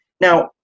Now